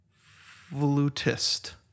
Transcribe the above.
flutist